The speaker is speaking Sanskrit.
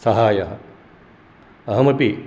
साहाय्यम् अहमपि